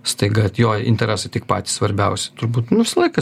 staiga jo interesai tik patys svarbiausi turbūt nu visą laiką